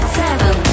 seven